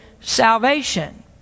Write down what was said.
salvation